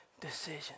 decision